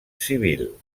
civil